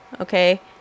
okay